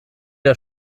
der